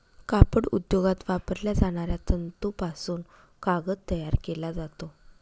कापड उद्योगात वापरल्या जाणाऱ्या तंतूपासून कागद तयार केला जातो